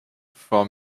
for